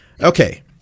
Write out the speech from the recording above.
okay